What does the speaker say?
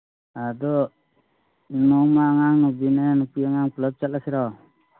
ꯑꯗꯨ ꯅꯣꯡꯃ ꯑꯉꯥꯡ ꯅꯨꯄꯤꯅꯦ ꯅꯨꯄꯤ ꯑꯉꯥꯡ ꯄꯨꯂꯞ ꯆꯠꯂꯁꯤꯔꯣ